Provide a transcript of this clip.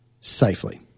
safely